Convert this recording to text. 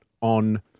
on